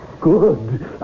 good